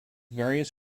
various